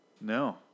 No